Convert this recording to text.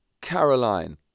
Caroline